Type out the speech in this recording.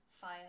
fire